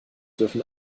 dürfen